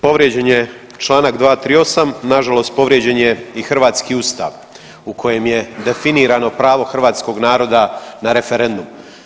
Povrijeđen je čl. 238, nažalost povrijeđen je i hrvatski Ustav u kojem je definirano pravo hrvatskog naroda na referendumu.